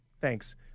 Thanks